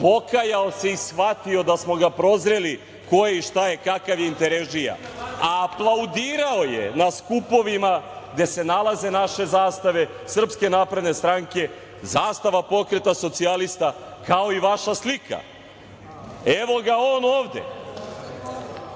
pokajao se i shvatio da smo ga prozreli, ko je i šta je, kakav je interensdžija, a aplaudirao je na skupovima gde se nalaze naše zastave SNS, zastava Pokreta socijalista, kao i vaša slika. Evo, ga on ovde.